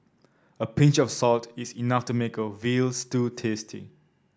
a pinch of salt is enough to make a veal stew tasty